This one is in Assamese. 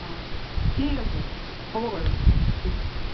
অঁ ঠিক আছে হ'ব বাৰু